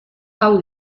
hau